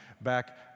back